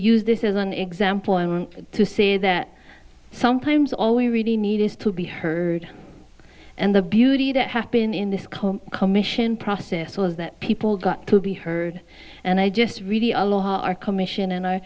use this as an example to say that sometimes all we really need is to be heard and the beauty that happened in this commission process was that people got to be heard and i just really our commission and i